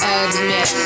admit